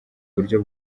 buryo